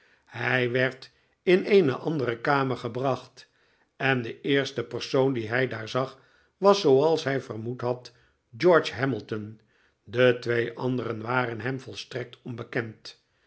hij werd in eene andere kamer gebracht en de eerste persoon dien hij daar zag was zooals hij vermoed had george hamilton de twee anderen waren hem volstrekt onbekend